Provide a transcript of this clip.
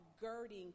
girding